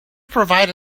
provide